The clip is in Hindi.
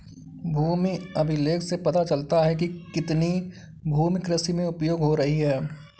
भूमि अभिलेख से पता चलता है कि कितनी भूमि कृषि में उपयोग हो रही है